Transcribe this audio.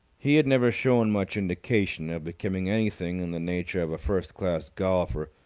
he had never shown much indication of becoming anything in the nature of a first-class golfer,